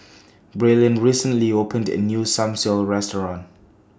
Braylen recently opened A New Restaurant